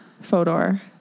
Fodor